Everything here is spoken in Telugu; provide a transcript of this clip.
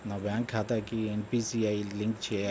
నా బ్యాంక్ ఖాతాకి ఎన్.పీ.సి.ఐ లింక్ చేయాలా?